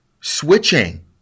Switching